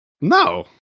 No